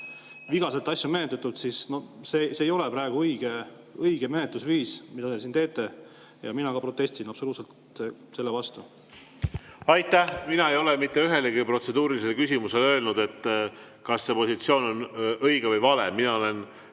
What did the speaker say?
vigaselt menetletud. See ei ole praegu õige menetlusviis, mida te siin teete, ja mina ka protestin absoluutselt selle vastu. Aitäh! Mina ei ole mitte ühegi protseduurilise küsimuse puhul öelnud, kas see positsioon on õige või vale. Mina olen